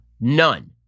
none